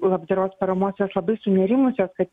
labdaros paramos jos labai sunerimusios kad